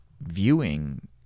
viewing